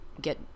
get